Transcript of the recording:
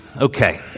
Okay